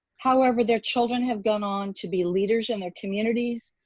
however, their children have gone on to be leaders in their communities,